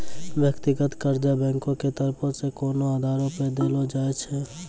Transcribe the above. व्यक्तिगत कर्जा बैंको के तरफो से कोनो आधारो पे देलो जाय छै